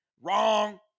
Wrong